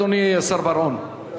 אדוני השר בר-און,